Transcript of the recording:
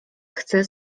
chcę